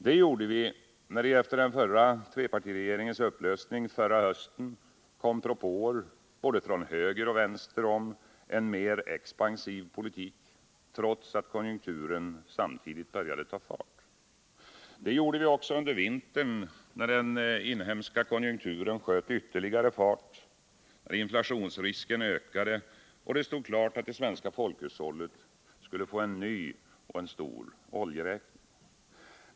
Det gjorde vi när det efter den förra trepartiregeringens upplösning förra hösten kom propåer både från höger och från vänster om en mer expansiv politik, trots att konjunkturen samtidigt började att ta fart. Det gjorde vi också under vintern, när den inhemska konjunkturen sköt ytterligare fart, inflationsrisken ökade och det stod klart att det svenska folkhushållet skulle få en ny stor oljeräkning.